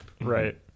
Right